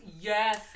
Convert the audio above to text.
yes